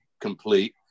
complete